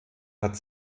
hat